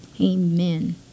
amen